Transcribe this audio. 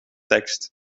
tekst